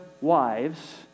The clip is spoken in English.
wives